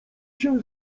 się